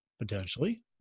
potentially